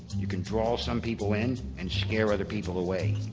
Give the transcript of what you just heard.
you can draw some people in and scare other people away.